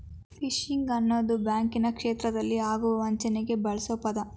fishing ಅನ್ನೋದು ಬ್ಯಾಂಕಿನ ಕ್ಷೇತ್ರದಲ್ಲಿ ಆಗುವ ವಂಚನೆಗೆ ಬಳ್ಸೊ ಪದ